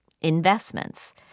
investments